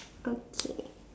okay